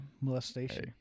molestation